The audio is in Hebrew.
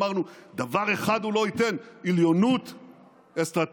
אמרנו שדבר אחד הוא לא ייתן: עליונות אסטרטגית,